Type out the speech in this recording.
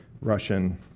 Russian